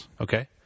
Okay